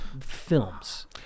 films